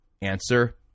Answer